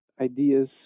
ideas